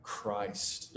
Christ